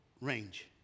range